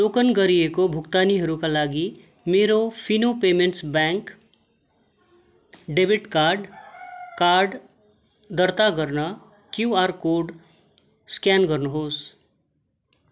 token गरिएको भुक्तानीहरूका लागि मेरो Fino payments bank debit card card दर्ता गर्न क्युआर कोड स्क्यान गर्नुहोस्